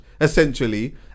essentially